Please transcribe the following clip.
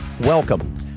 Welcome